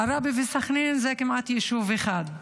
עראבה וסח'נין הם כמעט יישוב אחד.